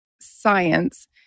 science